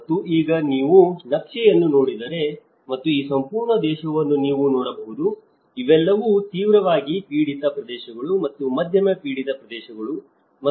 ಮತ್ತು ಈಗ ನೀವು ನಕ್ಷೆಯನ್ನು ನೋಡಿದರೆ ಮತ್ತು ಈ ಸಂಪೂರ್ಣ ಪ್ರದೇಶವನ್ನು ನೀವು ನೋಡಬಹುದು ಇವೆಲ್ಲವೂ ತೀವ್ರವಾಗಿ ಪೀಡಿತ ಪ್ರದೇಶಗಳು ಮತ್ತು ಮಧ್ಯಮ ಪೀಡಿತ ಪ್ರದೇಶಗಳು ಮತ್ತು ಸೌಮ್ಯ ಪೀಡಿತ ಪ್ರದೇಶಗಳನ್ನು ಹೊಂದಿದ್ದೇವೆ